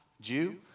Jew